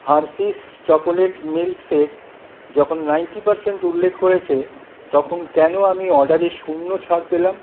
Hershey's chocolate milk shake যখন ninety percent উল্লেখ করেছে তখন কেন আমি অর্ডারে শূন্য ছাড় পেলাম